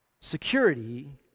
Security